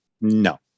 No